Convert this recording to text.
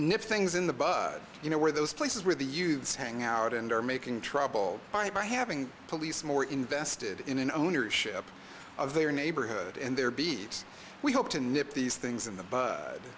nip things in the bud you know where those places where the youths hang out and are making trouble by having police more invested in an ownership of their neighborhood and their bees we hope to nip these things in the bud